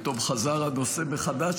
פתאום חזר הנושא מחדש,